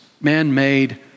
man-made